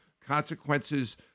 consequences